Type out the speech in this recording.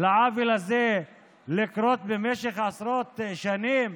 לעוול הזה לקרות במשך עשרות שנים.